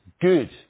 good